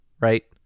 Right